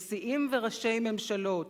נשיאים וראשי ממשלות,